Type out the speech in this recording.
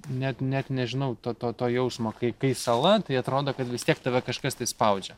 net net nežinau to to to jausmo kaip kai sala tai atrodo kad vis tiek tave kažkas spaudžia